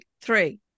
three